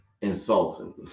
insulting